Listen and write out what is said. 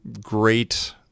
great